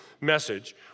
message